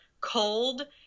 cold